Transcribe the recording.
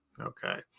Okay